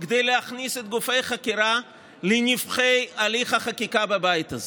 כדי להכניס את גופי החקירה לנבכי הליך החקיקה בבית הזה.